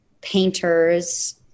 painters